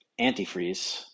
antifreeze